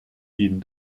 ihnen